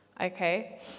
Okay